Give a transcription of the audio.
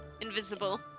Invisible